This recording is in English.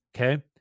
okay